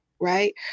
Right